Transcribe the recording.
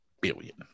Billion